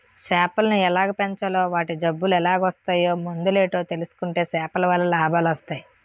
సేపలను ఎలాగ పెంచాలో వాటి జబ్బులెలాగోస్తాయో మందులేటో తెలుసుకుంటే సేపలవల్ల లాభాలొస్టయి